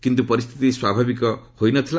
କିନ୍ତୁ ପରିସ୍ଥିତି ସ୍ୱାଭାବିକ ହୋଇ ନ ଥିଲା